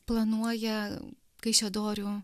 planuoja kaišiadorių